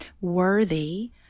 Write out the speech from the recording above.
worthy